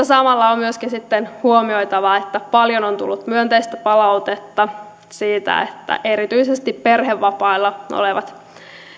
samalla on myöskin sitten huomioitava että paljon on tullut myönteistä palautetta siitä että erityisesti perhevapailla olevat